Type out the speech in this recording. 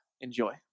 Enjoy